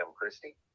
Christie